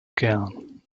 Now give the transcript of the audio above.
gern